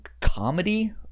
comedy